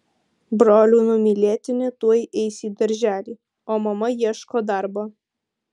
brolių numylėtinė tuoj eis į darželį o mama ieško darbo